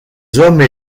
hommes